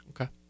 Okay